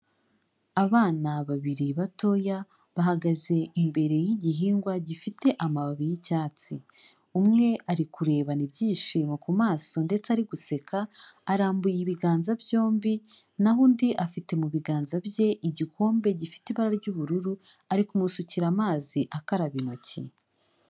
Abana babiri batoya bahagaze imbere y'igihingwa gifite amababi y'icyatsi. Umwe ari kurebana ibyishimo ku maso ndetse ari guseka, arambuye ibiganza byombi naho undi afite mu biganza bye igikombe gifite ibara ry'ubururu, ari kumusukira amazi akaraba intoki.